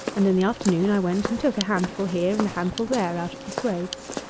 and in the afternoon i went and took a handful here and a handful there out of the swaths.